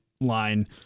line